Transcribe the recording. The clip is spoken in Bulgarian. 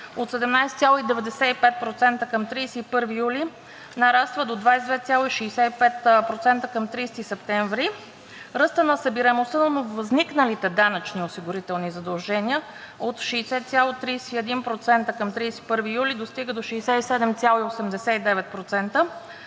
от 17,95% към 31 юли нараства до 22,65% към 30 септември. Ръстът на събираемостта на нововъзникналите данъчни осигурителни задължения от 60,31% към 31 юли достига до 67,89%.